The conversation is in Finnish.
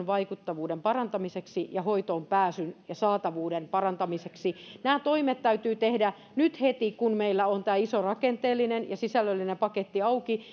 vaikuttavuuden parantamiseksi ja hoitoonpääsyn ja saatavuuden parantamiseksi nämä toimet täytyy tehdä nyt heti kun meillä on tämä iso rakenteellinen ja sisällöllinen paketti auki